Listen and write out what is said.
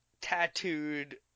tattooed